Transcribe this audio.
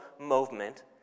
movement